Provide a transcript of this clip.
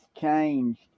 changed